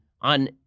on